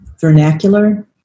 vernacular